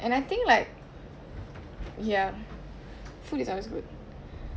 and I think like ya food is always good